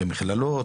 במכללות,